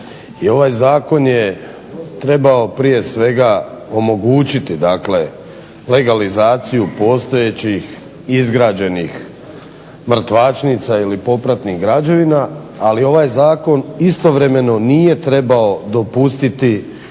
ovaj zakon je trebao prije svega omogućiti dakle legalizaciju postojećih izgrađenih mrtvačnica ili popratnih građevina, ali ovaj zakon istovremeno nije trebao dopustiti